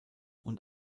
und